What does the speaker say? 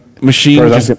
machine